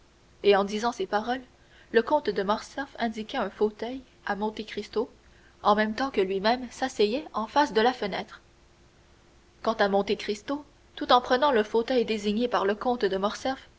et en disant ces paroles le comte de morcerf indiquait un fauteuil à monte cristo en même temps que lui-même s'asseyait en face de la fenêtre quant à monte cristo tout en prenant le fauteuil désigné par le comte de morcerf